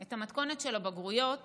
את המתכונת של הבגרויות